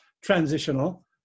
transitional